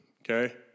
okay